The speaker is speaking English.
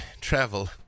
travel